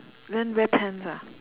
then wear pants ah